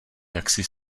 jaksi